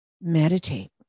Meditate